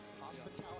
hospitality